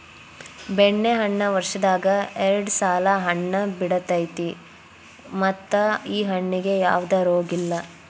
ಬೆಣ್ಣೆಹಣ್ಣ ವರ್ಷದಾಗ ಎರ್ಡ್ ಸಲಾ ಹಣ್ಣ ಬಿಡತೈತಿ ಮತ್ತ ಈ ಹಣ್ಣಿಗೆ ಯಾವ್ದ ರೋಗಿಲ್ಲ